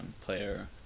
player